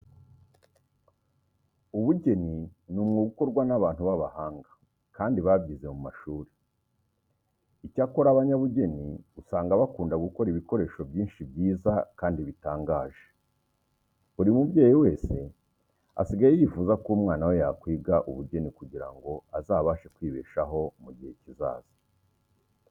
Ubugeni ni umwuga ukorwa n'abantu b'abahanga kandi babyize mu mashuri. Icyakora abanyabugeni usanga bakunda gukora ibikoresho byinshi byiza kandi bitangaje. Buri mubyeyi wese asigaye yifuza ko umwana we yakwiga ubugeni kugira ngo azabashe kwibeshaho mu gihe kizaza.